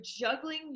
juggling